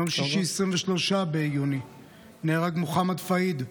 ביום שישי 23 ביוני נהרג מוחמד פאיד,